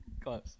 Close